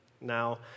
Now